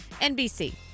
NBC